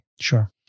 Sure